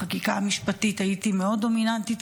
בחקיקה המשפטית הייתי מאוד דומיננטית,